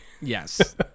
Yes